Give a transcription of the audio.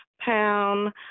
pound